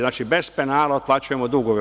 Znači, bez penala otplaćujemo dugove.